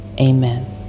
Amen